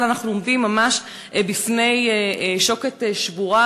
אבל אנחנו עומדים ממש בפני שוקת שבורה